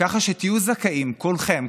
ככה שתהיו זכאים כולכם,